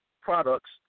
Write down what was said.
products